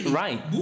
right